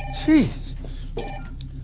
Jeez